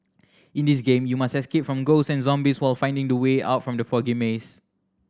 in this game you must escape from ghosts and zombies while finding the way out from the foggy maze